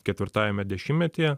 ketvirtajame dešimtmetyje